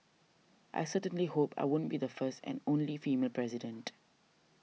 I certainly hope I won't be the first and only female president